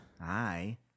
Hi